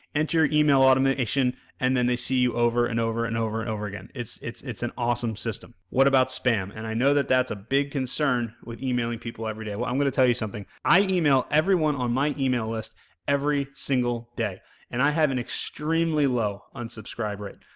enter your email automation and then they see you over and over and over and over again. it's it's an awesome system. what about spam? and i know that that's a big concern with emailing people every day. well, i'm going to tell you something i email everyone on my email list every single day and i have an extremely low unsubscribe rate.